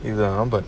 இதான்:idhaan but